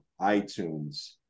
iTunes